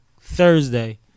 Thursday